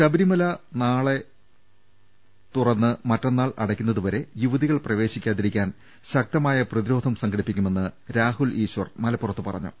ശബരിമല നാളെ തുറന്ന് മറ്റന്നാൾ അടയ്ക്കുംവരെ യുവതികൾ പ്രവേശി ക്കാതിരിക്കാൻ ശക്തമായ പ്രതിരോധം സംഘടിപ്പിക്കുമെന്ന് രാഹുൽ ഈശ്വർ മലപ്പുറത്ത് പറഞ്ഞു